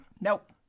nope